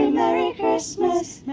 merry christmas,